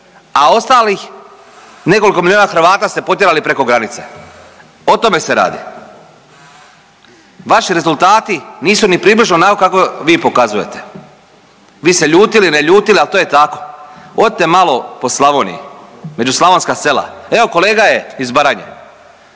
a ostalih nekoliko milijuna Hrvata ste potjerali preko granice, o tome se radi. Vaši rezultati nisu ni približno onako kako vi pokazujete, vi se ljutili, ne ljutili, al to je tako. Odite malo po Slavoniji među slavonska sela, evo kolega je iz Baranje,